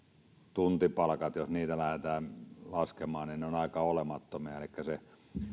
tuntipalkat jos niitä lähdetään laskemaan ovat aika olemattomia elikkä se